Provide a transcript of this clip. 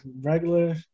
regular